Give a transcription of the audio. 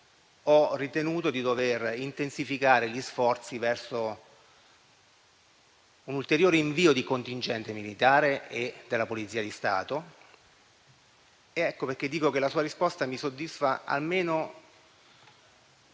ho ritenuto di dover intensificare gli sforzi verso un ulteriore invio di contingente militare e della Polizia di Stato. Per questo dico che la risposta del Sottosegretario